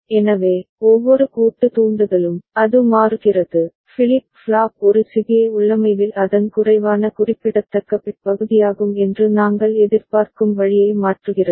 எனவே ஒவ்வொரு பூட்டு தூண்டுதலும் அது மாறுகிறது ஃபிளிப் ஃப்ளாப் ஒரு சிபிஏ உள்ளமைவில் அதன் குறைவான குறிப்பிடத்தக்க பிட் பகுதியாகும் என்று நாங்கள் எதிர்பார்க்கும் வழியை மாற்றுகிறது